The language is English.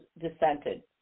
dissented